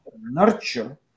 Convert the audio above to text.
nurture